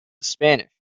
spanish